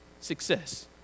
success